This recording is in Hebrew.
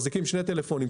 מחזיקים שני טלפונים,